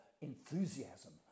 enthusiasm